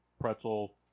pretzel